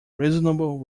reasonable